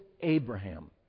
Abraham